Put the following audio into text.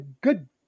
good